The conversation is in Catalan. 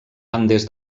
andes